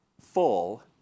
full